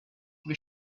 they